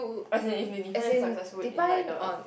as in if you define successful in like the